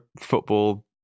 football